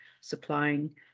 supplying